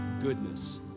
goodness